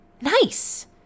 nice